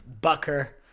Bucker